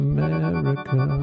America